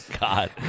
God